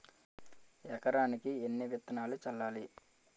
ఎకరానికి ఎన్ని విత్తనాలు చల్లాలి?